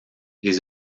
les